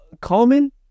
common